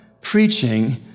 preaching